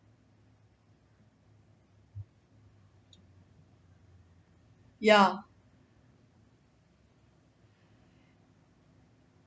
ya